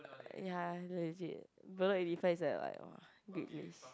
ya legit Bedok eight five is like !wah! great views